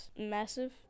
massive